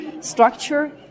structure